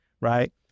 right